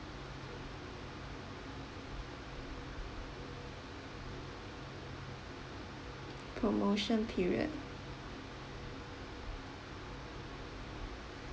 promotion period